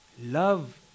love